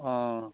অঁ